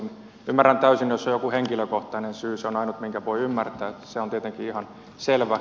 ymmärrän täysin jos on joku henkilökohtainen syy se on ainut minkä voi ymmärtää se on tietenkin ihan selvä